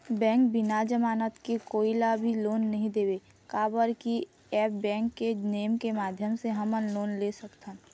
Bank बिना जमानत के कोई ला भी लोन नहीं देवे का बर की ऐप बैंक के नेम के माध्यम से हमन लोन ले सकथन?